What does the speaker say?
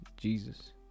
Jesus